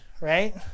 right